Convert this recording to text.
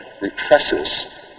represses